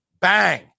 Bang